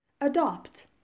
Adopt